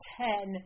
ten